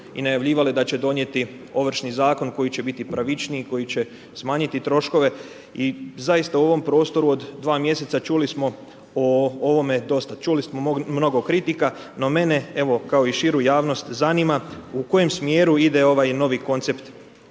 i najavljivale da će donijeti ovršni zakon koji će biti pravičniji, koji će smanjiti troškove i zaista u ovom prostoru od 2 mjeseca čuli smo o ovome dosta. Čuli smo mnogo kritika, no mene evo, kao i širu javnost zanima u kojem smjeru ide ovaj novi koncept